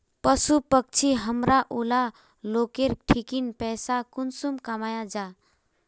पशु पक्षी हमरा ऊला लोकेर ठिकिन पैसा कुंसम कमाया जा?